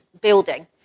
building